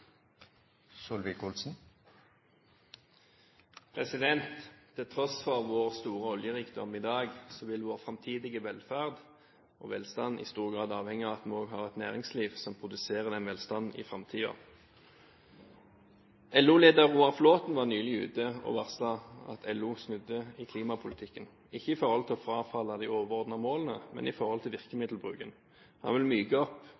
Til tross for vår store oljerikdom i dag vil vår framtidige velferd og velstand i stor grad avhenge av at vi også har et næringsliv som produserer den velstanden i framtiden. LO-leder Roar Flåthen var nylig ute og varslet at LO snudde i klimapolitikken – ikke i forhold til å frafalle de overordnede målene, men i forhold til virkemiddelbruken. Han ville myke opp